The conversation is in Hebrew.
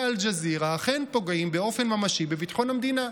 אל-ג'זירה אכן פוגעים באופן ממשי בביטחון המדינה.